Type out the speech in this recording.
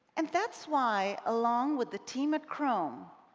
and that's why, along with the team at chrome,